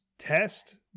Test